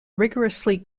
rigorously